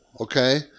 Okay